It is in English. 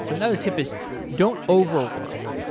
so another tip is don't overwork.